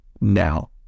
now